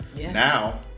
Now